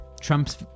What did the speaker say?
Trump's